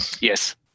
Yes